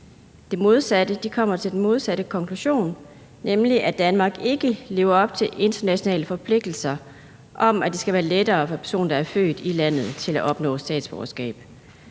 De kommer til den modsatte konklusion, nemlig at Danmark ikke lever op til internationale forpligtelser om, at det skal være lettere at opnå statsborgerskab